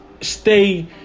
stay